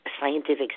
scientific